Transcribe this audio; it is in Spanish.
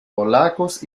polacos